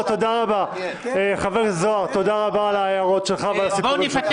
תודה רבה על ההערות שלך והסיפורים שלך.